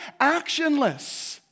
actionless